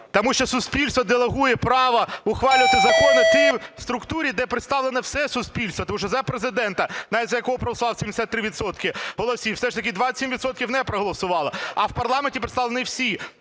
Тому що суспільство делегує право ухвалювати закони тій структурі, де представлене все суспільство, тому що за Президента, навіть за якого проголосували 73 відсотки голосів, все ж таки 27 відсотків не проголосувало, а в парламенті представлені всі.